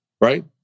right